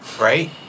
right